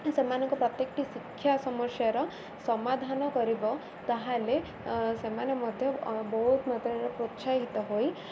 ସେମାନଙ୍କୁ ପ୍ରତ୍ୟେକଟି ଶିକ୍ଷା ସମସ୍ୟାର ସମାଧାନ କରିବ ତାହେଲେ ସେମାନେ ମଧ୍ୟ ବହୁତ ମାତ୍ରାରେ ପ୍ରୋତ୍ସାହିତ ହୋଇ